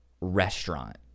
restaurant